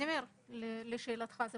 אני